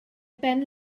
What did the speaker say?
ben